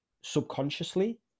subconsciously